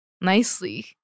nicely